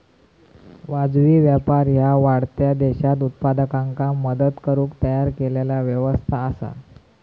वाजवी व्यापार ह्या वाढत्या देशांत उत्पादकांका मदत करुक तयार केलेला व्यवस्था असा